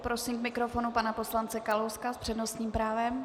Prosím k mikrofonu pana poslance Kalouska s přednostním právem.